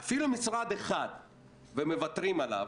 אפילו משרד אחד ומוותרים עליו